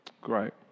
Great